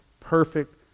perfect